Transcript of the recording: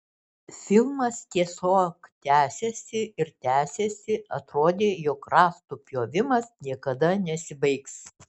filmas tiesiog tęsėsi ir tęsėsi atrodė jog rąstų pjovimas niekada nesibaigs